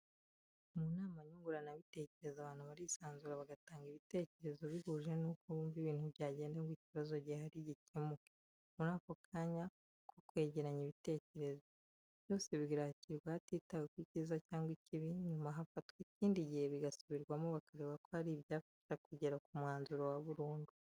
Mu nama nyunguranabitekerezo abantu barisanzura bagatanga ibitekerezo bihuje n'uko bumva ibintu byagenda ngo ikibazo gihari gikemuka, muri ako kanya ko kwegeranya ibitekerezo, byose birakirwa hatitawe ku cyiza cyangwa ikibi, nyuma hafatwa ikindi gihe bigasubirwamo bareba ko hari ibyafasha kugera ku mwanzuro wa burundu.